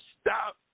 stop